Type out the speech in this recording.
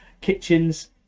kitchens